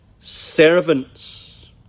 servants